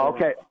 Okay